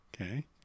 Okay